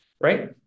right